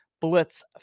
Blitz